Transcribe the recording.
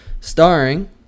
starring